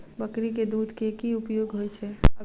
बकरी केँ दुध केँ की उपयोग होइ छै?